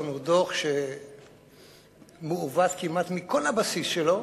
הוא דוח מעוות כמעט מכל הבסיס שלו.